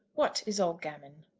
what is all gammon?